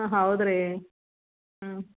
ಹಾಂ ಹೌದ್ರೀ ಹ್ಞೂ